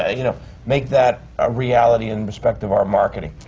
ah you know make that a reality in respect of our marketing?